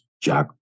Jack